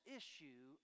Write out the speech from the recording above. issue